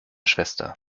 schwester